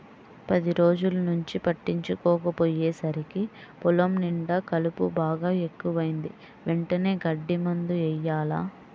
పది రోజుల్నుంచి పట్టించుకోకపొయ్యేసరికి పొలం నిండా కలుపు బాగా ఎక్కువైంది, వెంటనే గడ్డి మందు యెయ్యాల